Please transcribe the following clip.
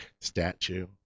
statue